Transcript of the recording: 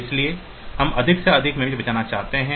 इसलिए हम अधिक से अधिक मेमोरी बचाना चाहेंगे